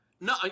No